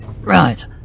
Right